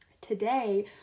Today